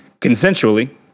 consensually